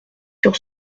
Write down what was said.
sur